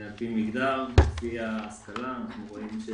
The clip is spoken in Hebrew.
בחרנו בזמנו בלוד.